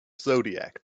zodiac